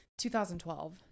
2012